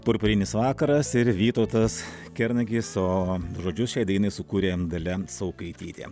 purpurinis vakaras ir vytautas kernagis o žodžius šiai dainai sūkurė dalia saukaitytė